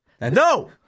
No